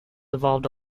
evolved